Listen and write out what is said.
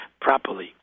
properly